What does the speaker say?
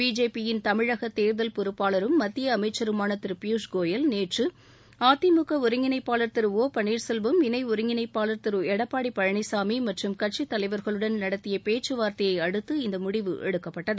பிஜேபியின் தமிழகத் தேர்தல் பொறுப்பாளரும் மத்திய அமைச்சருமான திரு பியூஷ்கோயல் நேற்று அதிமுக ஒருங்கிணப்பாளர் திரு ஓ பன்னீர்செல்வம் இணை ஒருங்கிணைப்பாளர் திரு எடப்பாடி பழனிசாமி மற்றும் கட்சித் தலைவர்களுடன் நடத்திய பேச்சு வார்த்தையை அடுத்து இந்த முடிவு எடுக்கப்பட்டது